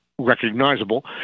recognizable